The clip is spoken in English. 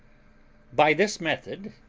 by this method,